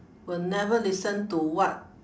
will never listen to what